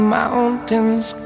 mountains